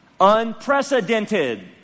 Unprecedented